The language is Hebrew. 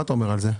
מה דעתך?